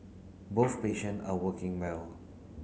both patient are working well